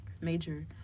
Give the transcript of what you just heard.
major